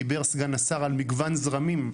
דיבר סגן השר על מגוון זרמים,